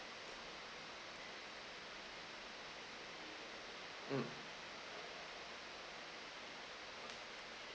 mm